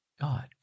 God